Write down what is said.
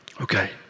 Okay